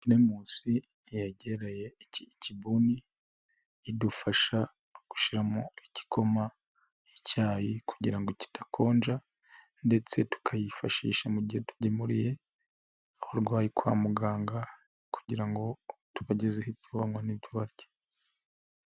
Teremusi yegereye ikibuni idufasha gushiramo igikoma, icyayi kugirango kidakonja ndetse tukayifashisha mu gihe tugemuriye abarwayi kwa muganga kugirango tubageze ibyo banywa n'ibyo barya.